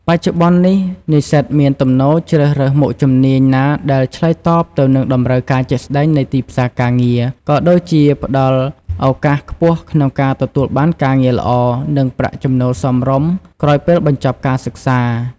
បច្ចុប្បន្ននេះ និស្សិតមានទំនោរជ្រើសរើសមុខជំនាញណាដែលឆ្លើយតបទៅនឹងតម្រូវការជាក់ស្តែងនៃទីផ្សារការងារ ក៏ដូចជាផ្ដល់ឱកាសខ្ពស់ក្នុងការទទួលបានការងារល្អ និងប្រាក់ចំណូលសមរម្យក្រោយពេលបញ្ចប់ការសិក្សា។